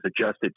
adjusted